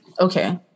Okay